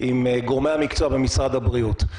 עם גורמי המקצוע במשרד הבריאות.